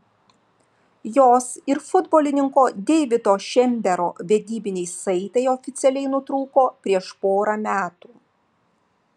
jos ir futbolininko deivido šembero vedybiniai saitai oficialiai nutrūko prieš porą metų